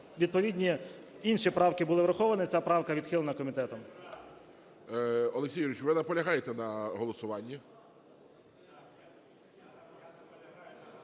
відповідні інші правки були враховані. Ця правка відхилена комітетом. ГОЛОВУЮЧИЙ. Олексій Юрійович, ви наполягаєте на голосуванні?